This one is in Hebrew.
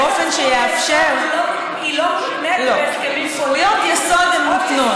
באופן שיאפשר, אם זאת זכות יסוד אז היא